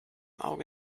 auge